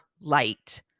light